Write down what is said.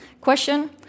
Question